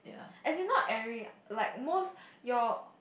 as in not every like most your